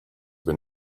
have